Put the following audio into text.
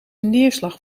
neerslag